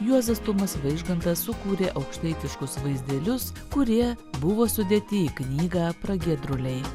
juozas tumas vaižgantas sukūrė aukštaitiškus vaizdelius kurie buvo sudėti į knygą pragiedruliai